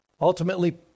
Ultimately